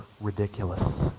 ridiculous